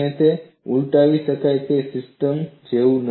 તે ઉલટાવી શકાય તેવી સિસ્ટમ જેવું નથી